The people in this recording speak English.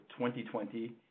2020